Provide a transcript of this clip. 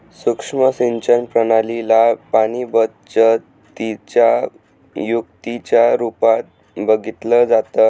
सुक्ष्म सिंचन प्रणाली ला पाणीबचतीच्या युक्तीच्या रूपात बघितलं जातं